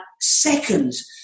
seconds